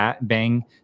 bang